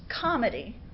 comedy